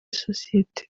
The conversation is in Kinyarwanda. sosiyete